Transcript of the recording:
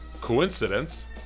coincidence